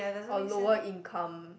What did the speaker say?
or lower income